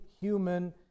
human